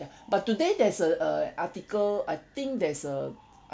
but today there's a a article I think there's a